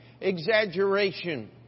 exaggeration